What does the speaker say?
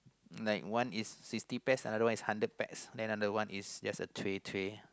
like one is sixty pack another one is hundred packs then the other one is just a tray tray